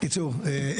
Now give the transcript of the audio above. בקיצור,